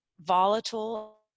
volatile